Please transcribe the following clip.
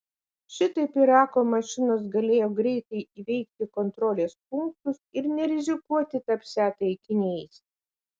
šitaip irako mašinos galėjo greitai įveikti kontrolės punktus ir nerizikuoti tapsią taikiniais